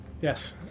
yes